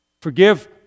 forgive